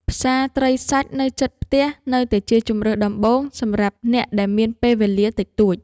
ផ្សារត្រីសាច់នៅជិតផ្ទះនៅតែជាជម្រើសដំបូងសម្រាប់អ្នកដែលមានពេលវេលាតិចតួច។